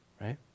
Right